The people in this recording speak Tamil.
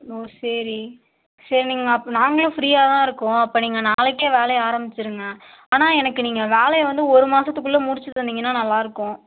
ஓ சரி சரி நீங்கள் அப் நாங்களும் ஃப்ரீயாக தான் இருக்கோம் அப்போ நீங்கள் நாளைக்கே வேலையை ஆரம்பிச்சிருங்க ஆனால் எனக்கு நீங்கள் வேலையை வந்து ஒரு மாதத்துக்குள்ள முடிச்சித் தந்தீங்கன்னா நல்லா இருக்கும்